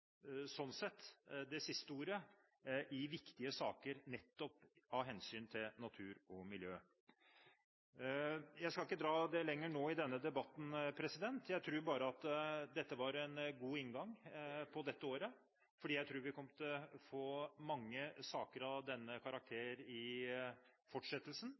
sånn sett – det siste ordet i viktige saker med hensyn til natur og miljø. Jeg skal ikke dra det lenger nå i denne debatten. Jeg tror at dette var en god inngang på dette året, for jeg tror vi kommer til å få mange saker av denne karakter i fortsettelsen.